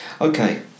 Okay